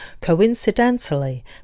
Coincidentally